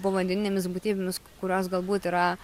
povandeninėmis būtybėmis kurios galbūt yra